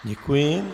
Děkuji.